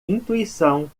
intuição